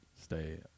Stay